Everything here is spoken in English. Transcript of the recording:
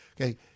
Okay